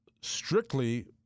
strictly